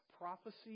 prophecy